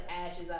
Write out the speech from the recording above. ashes